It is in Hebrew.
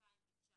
2019